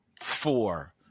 four